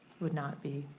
would not be